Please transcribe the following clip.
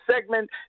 segment